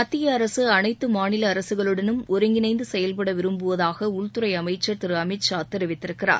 மத்திய அரசு அனைத்து மாநில அரசுகளுடனும் ஒருங்கிணைந்து செயல்பட விரும்புவதாக உள்துறை அமைச்சர் திரு அமித் ஷா தெரிவித்திருக்கிறார்